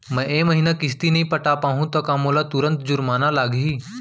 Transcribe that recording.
मैं ए महीना किस्ती नई पटा पाहू त का मोला तुरंत जुर्माना लागही?